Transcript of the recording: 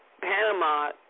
Panama